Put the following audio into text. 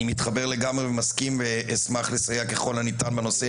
אני מתחבר לגמרי ומסכים ואשמח לסייע ככל הניתן בנושא